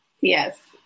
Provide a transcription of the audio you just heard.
Yes